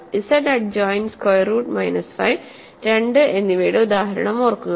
Z adjoint square root minus 5 2 എന്നിവയുടെ ഉദാഹരണം ഓർക്കുക